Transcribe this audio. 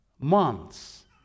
months